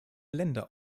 länder